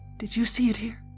did you see it here.